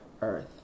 earth